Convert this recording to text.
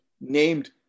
named